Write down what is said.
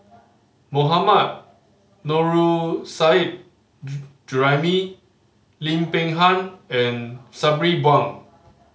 Mohammad Nurrasyid Juraimi Lim Peng Han and Sabri Buang